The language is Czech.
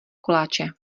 koláče